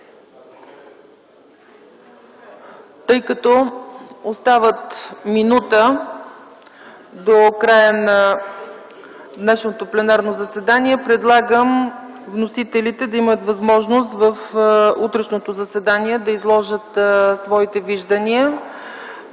Тъй като остава една минута до края на днешното пленарно заседание, предлагам вносителите да имат възможност в утрешното заседание да изложат своите виждания.